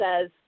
says